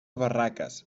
barraques